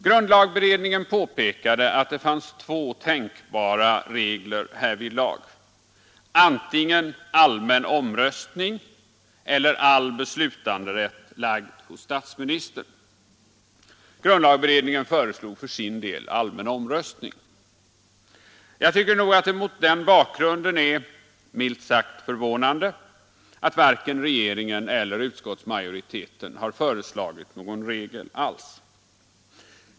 Grundlagberedningen påpekade att det fanns två tänkbara regler härvidlag: antingen allmän omröstning eller all beslutanderätt lagd hos statsministern. Grundlagberedningen föreslog för sin del allmän omröstning. Mot den bakgrunden är det milt sagt förvånande att varken regeringen eller utskottsmajoriteten har föreslagit någon regel alls.